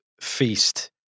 feast